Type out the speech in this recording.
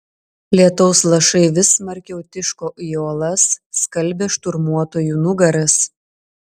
lietaus lašai vis smarkiau tiško į uolas skalbė šturmuotojų nugaras